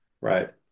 right